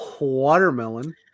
watermelon